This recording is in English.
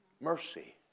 Mercy